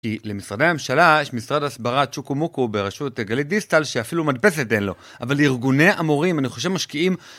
כי למשרדי הממשלה יש משרד הסברה צ'וקו מוקו ברשות גלית דיסטל שאפילו מדפסת אין לו, אבל ארגוני המורים אני חושב משקיעים